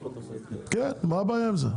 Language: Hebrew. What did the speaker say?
כן מה הבעיה עם זה?